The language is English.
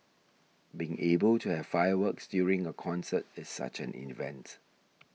being able to have fireworks during a concert is such an event